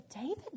David